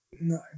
No